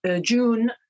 June